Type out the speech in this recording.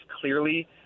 clearly